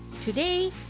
Today